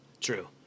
True